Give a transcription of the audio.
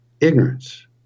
Ignorance